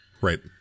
Right